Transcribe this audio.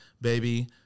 Baby